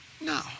No